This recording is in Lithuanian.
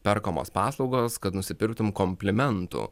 perkamos paslaugos kad nusipirktum komplimentų